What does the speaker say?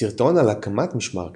סרטון על הקמת משמר הכנסת,